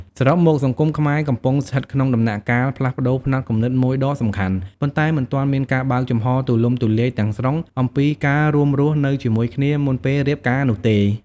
សរុបមក សង្គមខ្មែរកំពុងស្ថិតក្នុងដំណាក់កាលផ្លាស់ប្តូរផ្នត់គំនិតមួយដ៏សំខាន់ ប៉ុន្តែមិនទាន់មានការបើកចំហរទូលំទូលាយទាំងស្រុងអំពីការរួមរស់នៅជាមួយគ្នាមុនពេលរៀបការនោះទេ។